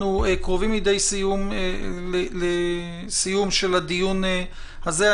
אנחנו קרובים לידי סיום של הדיון הזה.